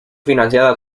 financiado